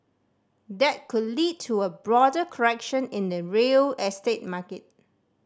that could lead to a broader correction in the real estate market